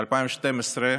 ב-2012,